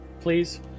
please